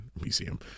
Museum